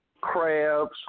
crabs